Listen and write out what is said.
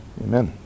Amen